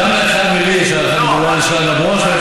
אבל גם לך ולי יש הערכה לשרגא ברוש,